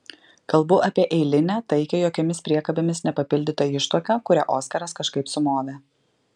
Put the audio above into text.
kalbu apie eilinę taikią jokiomis priekabėmis nepapildytą ištuoką kurią oskaras kažkaip sumovė